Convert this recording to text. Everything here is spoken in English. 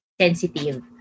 sensitive